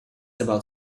about